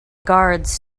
guards